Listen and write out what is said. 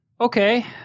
Okay